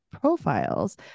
profiles